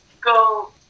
go